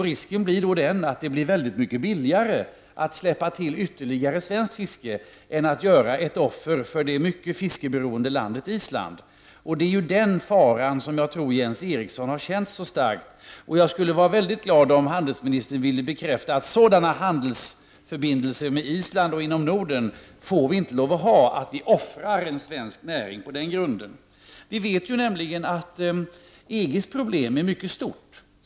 Risken är att man anser att det blir mycket billigare att släppa till ytterligare svenskt fiske än att göra ett offer för det mycket fiskeberoende landet Island. Det är den faran som jag tror att Jens Eriksson har känt så starkt. Jag skulle bli mycket glad om handelsministern ville bekräfta att vi inte får ha sådana handelsförbindelser med Island och inom Norden i övrigt att vi offrar en svensk näring på den grunden. Vi vet att EG:s problem är mycket stort.